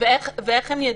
ואיך הם יידעו?